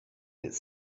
its